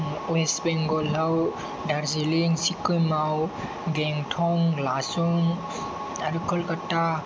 west बेंगलाव दारजिलिं सिक्किमाव गेंटक लासुं आरो कलकत्ता